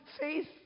faith